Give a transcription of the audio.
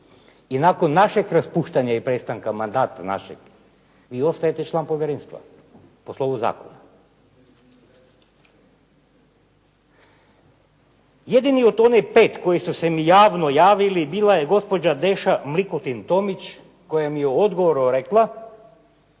I nakon našeg raspuštanja i prestanka mandata našeg, vi ostajete član povjerenstva po slovu zakona. Jedni od onih 5 koji su se javno javili bila je gospođa Deša Mlikotin Tomić koja mi je u odgovoru rekla,